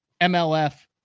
MLF